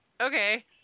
okay